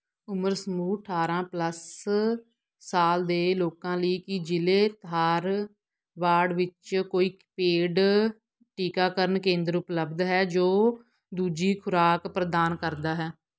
ਉਮਰ ਸਮੂਹ ਅਠਾਰਾਂ ਪਲੱਸ ਸਾਲ ਦੇ ਲੋਕਾਂ ਲਈ ਕੀ ਜ਼ਿਲ੍ਹੇ ਧਾਰਵਾੜ ਵਿੱਚ ਕੋਈ ਪੇਡ ਟੀਕਾਕਰਨ ਕੇਂਦਰ ਉਪਲਬਧ ਹੈ ਜੋ ਦੂਜੀ ਖੁਰਾਕ ਪ੍ਰਦਾਨ ਕਰਦਾ ਹੈ